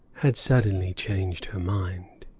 had suddenly changed her mind.